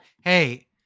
hey